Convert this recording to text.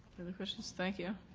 other questions? thank you.